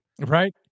Right